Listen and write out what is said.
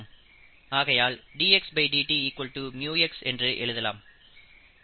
ஆகையால் dxdt µx என்று எழுதலாம்